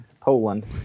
Poland